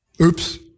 Oops